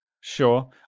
Sure